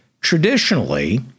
traditionally